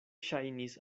ŝajnis